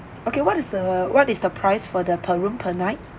okay what is the what is the price for the per room per night